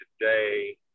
today